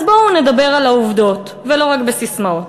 אז בואו נדבר על העובדות, ולא רק בססמאות.